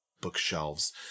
bookshelves